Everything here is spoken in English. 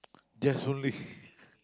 just only